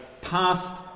past